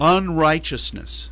unrighteousness